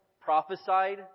prophesied